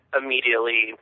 immediately